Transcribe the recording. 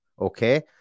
Okay